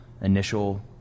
initial